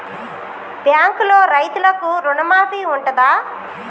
బ్యాంకులో రైతులకు రుణమాఫీ ఉంటదా?